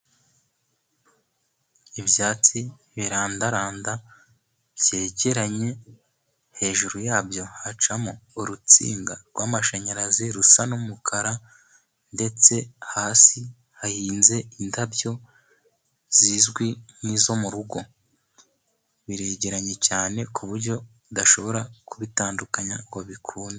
Ibyatsi birandaranda byegeranye, hejuru yabyo hacamo urutsinga rw'amashanyarazi rusa n'umukara, ndetse hasi hahinze indabyo zizwi nk'izo mu rugo, biregeranye cyane ku buryo udashobora kubitandukanya ngo bikunde.